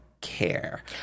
Care